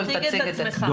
עצמך.